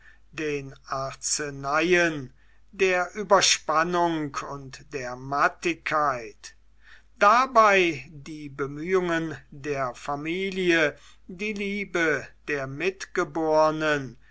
den arzneien der überspannung und der mattigkeit dabei die bemühungen der familie die liebe der